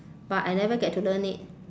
but I never get to learn it